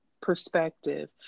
perspective